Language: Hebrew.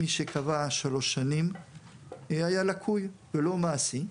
מי שקבע שלוש שנים היה לקוי ולא מעשי,